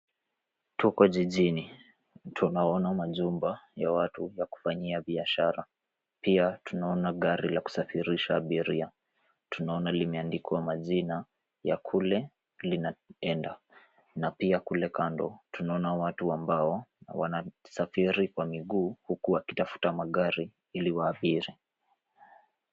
Tuko jijini. Tunaona majumba, ya watu, yakufanyia biashara. Pia tunaona gari la kusafirisha abiria. Tunaona limeandikwa majina ya kule, linaenda na pia kule kando tunaona watu ambao, wanasafiri kwa miguu huku wakitafuta magari, wasafiri.